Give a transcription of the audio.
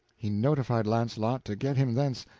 he notified launcelot to get him thence,